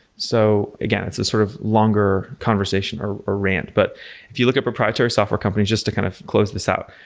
so, again, it's a sort of longer conversation, a rant. but if you look at proprietary software companies just to kind of close this out,